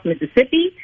mississippi